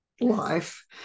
life